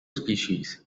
species